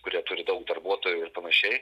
kurie turi daug darbuotojų ir panašiai